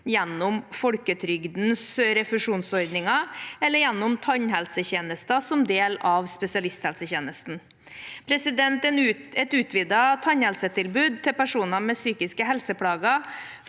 gjennom folketrygdens refusjonsordninger eller gjennom tannhelsetjenester som del av spesialisthelsetjenesten. Et utvidet tannhelsetilbud til personer med psykiske helseplager